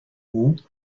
août